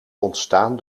ontstaan